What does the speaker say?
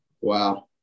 Wow